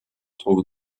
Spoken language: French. trouve